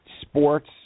Sports